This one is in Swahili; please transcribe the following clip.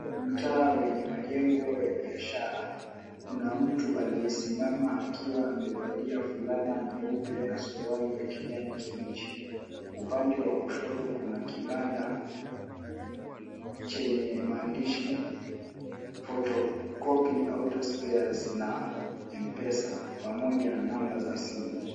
Mtaa wenye majengo ya biashara kuna mtu aliyesimama akiwa amevalia fulana nyeupe na suruali ya kijani kibichi. Upande wa kushoto kuna kibanda chenye maandishi Photocopy , Auto Spares na Mpesa pamoja na namba za simu.